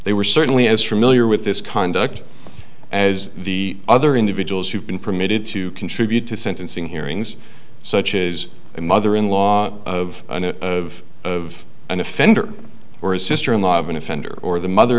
they were certainly as for milieu with this conduct as the other individuals who've been permitted to contribute to sentencing hearings such is the mother in law of of of an offender or a sister in law of an offender or the mother